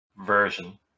version